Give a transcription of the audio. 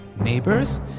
neighbors